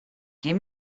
give